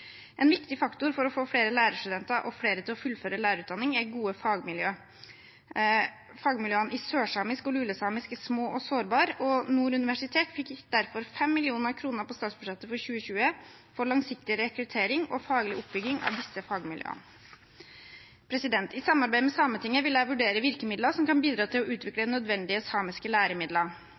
En viktig faktor for å få flere lærerstudenter og flere til å fullføre lærerutdanningen, er gode fagmiljøer. Fagmiljøene i sørsamisk og lulesamisk er små og sårbare, og Nord universitet fikk derfor 5 mill. kr på statsbudsjettet for 2020 for langsiktig rekruttering og faglig oppbygging av disse fagmiljøene. I samarbeid med Sametinget vil jeg vurdere virkemidler som kan bidra til å utvikle nødvendige samiske